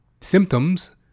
symptoms